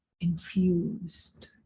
infused